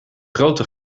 grote